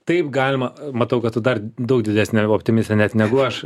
taip galima matau kad tu dar daug didesnė optimistė net negu aš